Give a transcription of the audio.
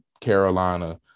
Carolina